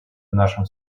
нашем